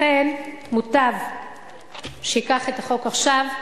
לכן מוטב שייקח את החוק עכשיו,